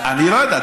אני לא יודע.